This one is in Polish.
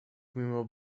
mimo